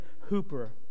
Hooper